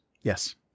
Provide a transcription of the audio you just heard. Yes